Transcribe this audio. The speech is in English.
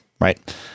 right